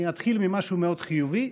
אני אתחיל ממשהו מאוד חיובי,